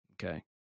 Okay